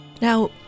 Now